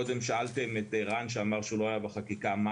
קודם שאלתם את ערן שאמר שהוא לא היה בחקיקה - מה